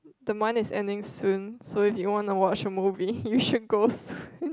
the month is ending soon so if you wanna watch a movie you should go soon